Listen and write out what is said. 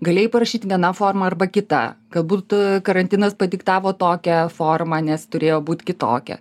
galėjai parašyt viena forma arba kita kad būtų karantinas padiktavo tokią formą nes turėjo būt kitokia